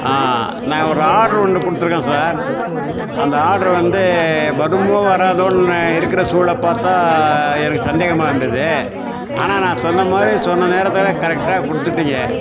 ஆ நான் ஒரு ஆட்ரு ஒன்று கொடுத்துருக்கேன் சார் அந்த ஆட்ரு வந்து வருமோ வராதோன்னு இருக்கிற சூழலை பார்த்தா எனக்கு சந்தேகமாக இருந்தது ஆனால் நான் சொன்ன மாதிரி சொன்ன நேரத்தில் கரெக்டாக கொடுத்துடீங்க